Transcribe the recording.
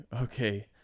okay